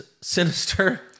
Sinister